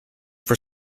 for